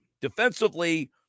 Defensively